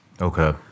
Okay